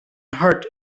heart